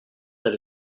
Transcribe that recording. that